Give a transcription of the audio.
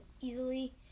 easily